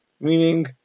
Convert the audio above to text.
meaning